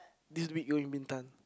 this week going Bintan